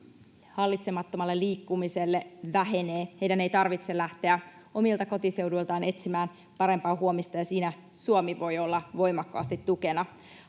hallitsemattomalle liikkumiselle vähenee. Heidän ei tarvitse lähteä omilta kotiseuduiltaan etsimään parempaa huomista, ja siinä Suomi voi olla voimakkaasti tukena.